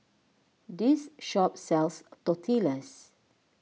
this shop sells Tortillas